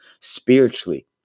spiritually